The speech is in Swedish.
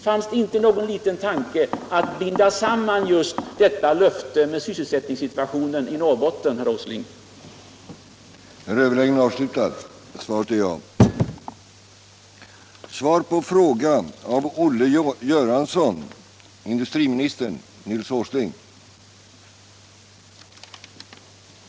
Fanns det inte någon tanke på att binda samman vallöftet med sysselsättningssituationen i Norrbotten, herr Åsling? upprätthålla sysselsättningen i Fagerstaregionen